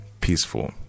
peaceful